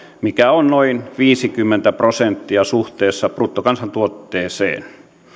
mikä on noin viisikymmentä prosenttia suhteessa bruttokansantuotteeseen